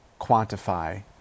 quantify